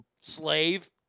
slave